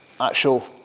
actual